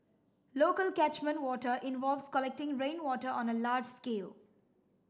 local catchment water involves collecting rainwater on a large scale